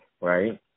right